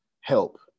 help